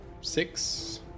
Six